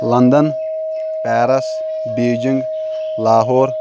London Paris Beijing Lahore